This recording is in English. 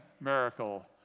miracle